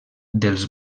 dels